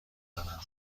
دارم